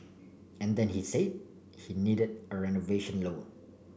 and then he said he needed a renovation loan